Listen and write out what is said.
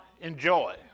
enjoy